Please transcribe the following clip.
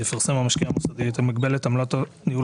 יפרסם המשקיע המוסדי את מגבלת עמלת ניהול